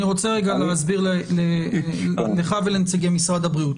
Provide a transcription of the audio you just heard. אני רוצה להסביר לך ולנציגי משרד הבריאות,